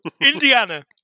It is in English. Indiana